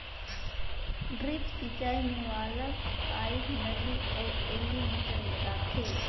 drip सिंचई मे valve, pipe, नली अउ एलीमिटर लगाथें